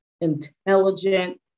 intelligent